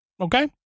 Okay